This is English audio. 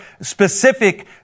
specific